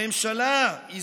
הממשלה היא